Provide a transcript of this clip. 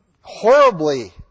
horribly